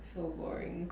so boring